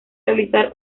realizar